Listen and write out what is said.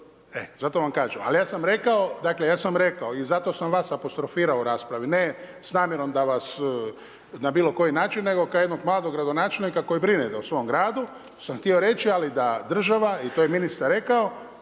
E zato vam kažem, ali ja sam rekao, ja sam rekao i zato sam vas apostrofirao u raspravi, ne s namjerom da vas na bilo koji način, nego kao jednog mladog gradonačelnika, koji brine o svom gradu, sam htio reći, ali da država i to je ministar rekao,